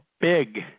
big